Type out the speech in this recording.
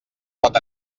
pot